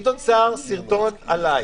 גדעון סער סרטון עלי.